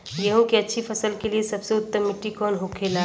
गेहूँ की अच्छी फसल के लिए सबसे उत्तम मिट्टी कौन होखे ला?